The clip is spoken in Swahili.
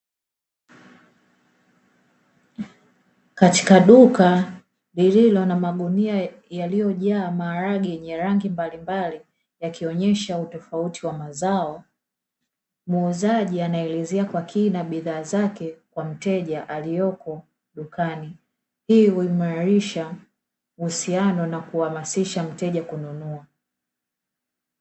Katika duka lililo na magunia yaliyojaa maharage yenye rangi mbalimbali yakionyesha utofauti wa mazao, muuzaji anaelezea kwa kina bidhaa zake kwa mteja aliyoko dukani, hii huimarisha uhusiano na kuhamasisha mteja kununua.